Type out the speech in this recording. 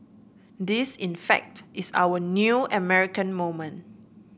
Nthis in fact is our new American moment